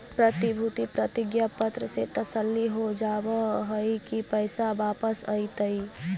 प्रतिभूति प्रतिज्ञा पत्र से तसल्ली हो जावअ हई की पैसा वापस अइतइ